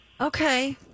Okay